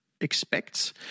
expects